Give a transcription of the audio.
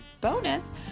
bonus